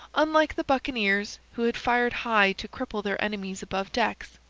unlike the buccaneers, who had fired high to cripple their enemies above decks,